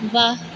वाह